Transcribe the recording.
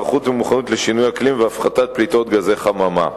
היערכות ומוכנות לשינויי אקלים והפחתת פליטות גזי חממה.